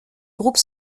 groupe